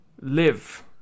live